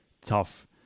tough